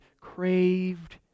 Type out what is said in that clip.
craved